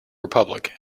republic